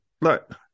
look